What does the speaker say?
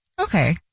Okay